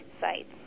sites